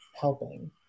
helping